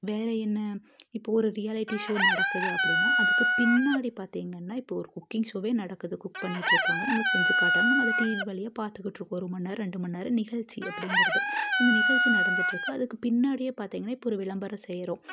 வேறு என்ன இப்போது ஒரு ரியாலிட்டி ஷோ நடக்குது அப்படினா அதுக்கு பின்னாடி பார்த்திங்கன்னா இப்போது ஒரு குக்கிங் ஷோவே நடக்குது குக் பண்ணிகிட்டு இருக்காங்க நம்மளுக்கு செஞ்சு காட்டுறாங்க நம்ம அதை டிவி வழியா பார்த்துகிட்டு இருக்கோம் ஒரு மணி நேரம் ரெண்டு மணி நேரம் நிகழ்ச்சி அப்படிங்கிறது ஸோ அந்த நிகழ்ச்சி நடந்துகிட்டு இருக்குது அதுக்கு பின்னாடியே பார்த்திங்கன்னா இப்போது ஒரு விளம்பரம் செய்கிறோம்